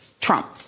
Trump